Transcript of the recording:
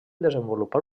desenvolupar